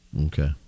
Okay